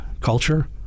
culture